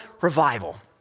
revival